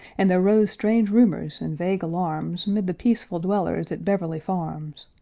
and there rose strange rumors and vague alarms mid the peaceful dwellers at beverly farms.